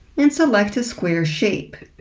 and select a square shape.